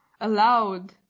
allowed